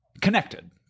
connected